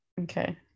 okay